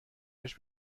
بهش